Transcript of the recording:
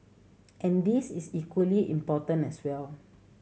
and this is equally important as well